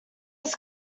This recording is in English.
was